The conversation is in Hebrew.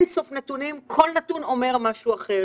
אין סוף נתונים, כל נתון אומר משהו אחר.